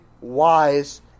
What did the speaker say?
wise